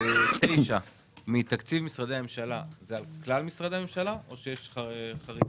0.9% מתקציב משרדי הממשלה זה על כלל משרדי הממשלה או שיש חריגות?